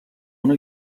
una